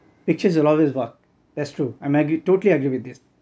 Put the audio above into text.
pictures will always work that's true I'm agree~ totally agree with this